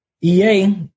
EA